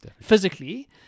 physically